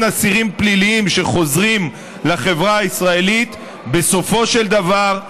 אסירים פליליים שחוזרים לחברה הישראלית בסופו של דבר,